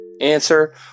Answer